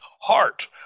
heart